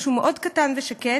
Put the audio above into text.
משהו מאוד קטן ושקט,